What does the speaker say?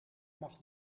mag